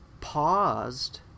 paused